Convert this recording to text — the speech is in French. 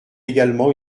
également